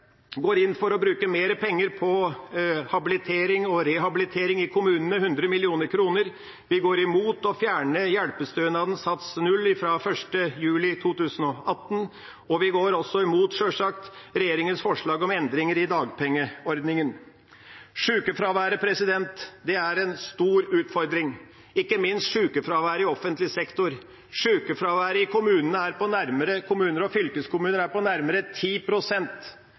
går inn for å bruke mere penger på habilitering og rehabilitering i kommunene, 100 mill. kr. Vi går imot å fjerne hjelpestønadens sats 0 fra 1. juli 2018, og vi går også imot, sjølsagt, regjeringas forslag om endringer i dagpengeordningen. Sykefraværet er en stor utfordring, ikke minst sykefraværet i offentlig sektor. Sykefraværet i kommuner og fylkeskommuner er på nærmere 10 pst. Det innebar en kostnad for kommuner, fylkeskommuner og stat i 2015 på nærmere